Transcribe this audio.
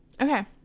Okay